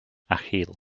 achille